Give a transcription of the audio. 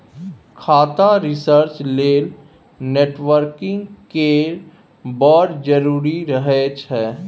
खाता रिसर्च लेल नेटवर्किंग केर बड़ जरुरी रहय छै